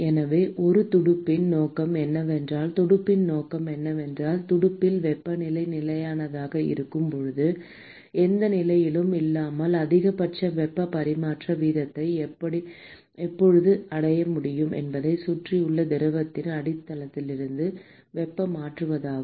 எனவே ஒரு துடுப்பின் நோக்கம் என்னவெனில் துடுப்பின் நோக்கம் என்னவென்றால் துடுப்பில் வெப்பநிலை நிலையானதாக இருக்கும் போது எந்த நிலையிலும் இல்லாமல் அதிகபட்ச வெப்பப் பரிமாற்ற வீதத்தை எப்போது அடைய முடியும் என்பதைச் சுற்றியுள்ள திரவத்திற்கு அடித்தளத்திலிருந்து வெப்பத்தை மாற்றுவதாகும்